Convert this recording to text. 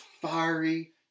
fiery